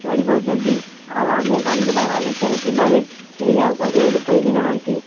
ଚଳିପାରୁଛନ୍ତି ଆମ ଗ୍ରାମରେ ବା ବାଲେଶ୍ୱର ଜିଲ୍ଲାରେ କେହି ଆଉ ଗରିବ ଲୋକମାନେ ନାହାନ୍ତି